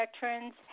veterans